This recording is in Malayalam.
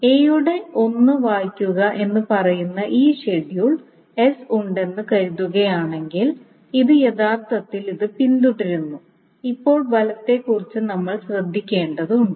a യുടെ 1 വായിക്കുക എന്ന് പറയുന്ന ഈ ഷെഡ്യൂൾ എസ് ഉണ്ടെന്ന് കരുതുകയാണെങ്കിൽ ഇത് യഥാർത്ഥത്തിൽ ഇത് പിന്തുടരുന്നു ഇപ്പോൾ ഫലത്തെക്കുറിച്ച് നമ്മൾ ശ്രദ്ധിക്കേണ്ടതുണ്ട്